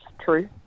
true